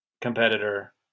competitor